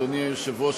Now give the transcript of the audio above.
אדוני היושב-ראש,